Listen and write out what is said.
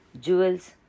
jewels